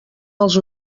els